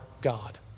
God